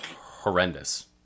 horrendous